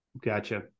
Gotcha